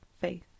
Faith